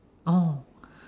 oh